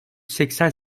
seksen